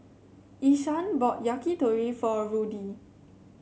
Ishaan bought Yakitori for Rudy